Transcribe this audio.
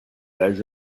âge